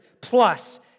plus